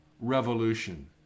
revolution